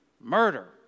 Murder